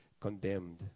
condemned